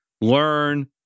learn